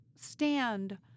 stand